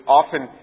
often